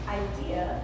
idea